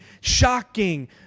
shocking